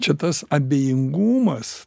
čia tas abejingumas